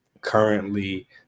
currently